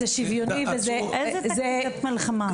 איזו טקטיקת מלחמה?